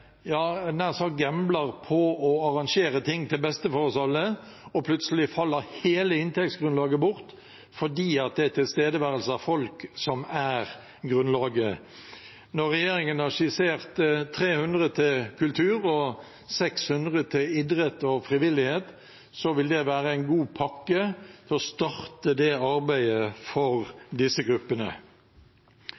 gambler på å arrangere ting til beste for oss alle. Plutselig faller hele inntektsgrunnlaget bort fordi det er tilstedeværelse av folk som er grunnlaget. Når regjeringen har skissert 300 mill. kr til kultur og 600 mill. kr til idrett og frivillighet, vil det være en god pakke for å starte arbeidet for